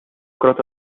كرة